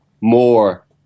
more